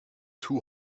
two